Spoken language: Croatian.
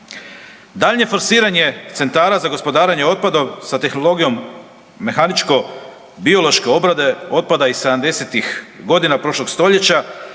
Daljnje forsiranje centara za gospodarenje otpadom sa tehnologijom mehaničko-biološke obrade otpada iz 70-ih godina prošlog stoljeća,